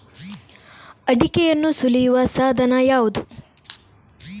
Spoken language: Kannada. ಅಡಿಕೆಯನ್ನು ಸುಲಿಯುವ ಸಾಧನ ಯಾವುದು?